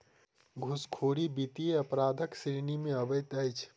घूसखोरी वित्तीय अपराधक श्रेणी मे अबैत अछि